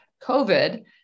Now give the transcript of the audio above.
COVID